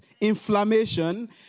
inflammation